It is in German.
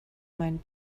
mein